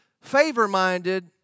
favor-minded